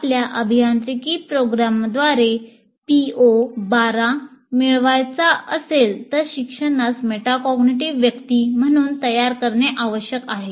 आपल्या अभियांत्रिकी प्रोग्रामद्वारे पीओ 12 मिळवायचा असेल तर शिक्षणास मेटाकॉग्निटिव्ह व्यक्ती म्हणून तयार करणे आवश्यक आहे